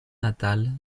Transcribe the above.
natale